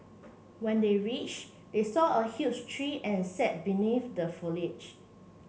when they reached they saw a huge tree and sat beneath the foliage